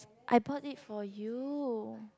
I bought it for you